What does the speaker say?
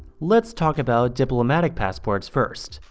let's talk about diplomatic passports first.